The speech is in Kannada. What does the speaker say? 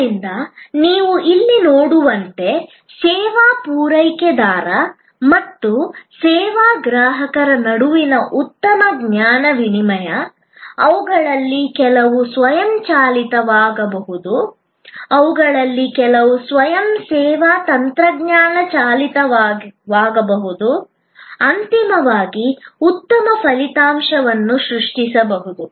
ಆದ್ದರಿಂದ ನೀವು ಇಲ್ಲಿ ನೋಡುವಂತೆ ಸೇವಾ ಪೂರೈಕೆದಾರ ಮತ್ತು ಸೇವಾ ಗ್ರಾಹಕರ ನಡುವಿನ ಉತ್ತಮ ಜ್ಞಾನ ವಿನಿಮಯ ಅವುಗಳಲ್ಲಿ ಕೆಲವು ಸ್ವಯಂಚಾಲಿತವಾಗಬಹುದು ಅವುಗಳಲ್ಲಿ ಕೆಲವು ಸ್ವಯಂ ಸೇವಾ ತಂತ್ರಜ್ಞಾನ ಚಾಲಿತವಾಗಬಹುದು ಅಂತಿಮವಾಗಿ ಉತ್ತಮ ಫಲಿತಾಂಶವನ್ನು ಸೃಷ್ಟಿಸಬಹುದು